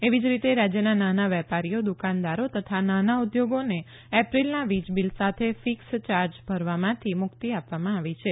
એવી જ રીતે રાજ્યના નાના વેપારીઓ દુકાનદારી તથા નાના ઉદ્યોગોને એપ્રિલના વીજ બિલ સાથે ફિક્સ ચાર્જ ભરવામાંથી મુક્તિ આપવામાં આવી છે